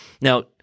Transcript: Now